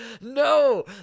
No